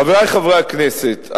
חברי חברי הכנסת,